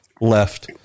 left